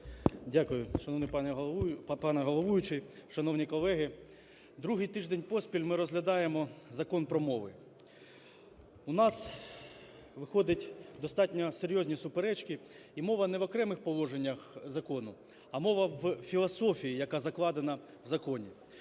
Дякую. Шановний пане головуючий, шановні колеги! Другий тиждень поспіль ми розглядаємо Закон про мови. У нас виходить достатньо серйозні суперечки, і мова не в окремих положеннях закону, а мова і філософії, яка закладена в законі.